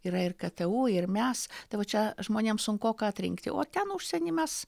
yra ir ktu ir mes tai va čia žmonėms sunkoka atrinkti o ten užsieny mes